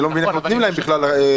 אני לא מבין איך נותנים להם בכלל דוח,